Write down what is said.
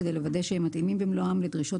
כדי לוודא שהם מתאימים במלואם לדרישות